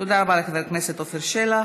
תודה רבה לחבר הכנסת עפר שלח.